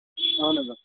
اَہَن حظ آ